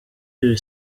iri